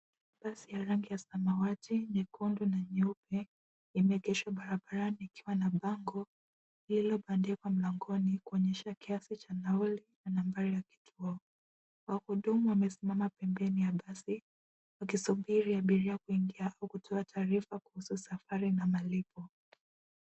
Basi ya rangi ya samawati, nyekundu na nyeupe imeegeshwa barabarani ikiwa na bango lililobandikwa mlangoni kuonyesha kiasi cha nauli na nambari ya kituo. Wahudumu wamesimama pembeni ya basi wakisubiri abiria kuingia au kutoa taarifa kuhusu safari na malipo.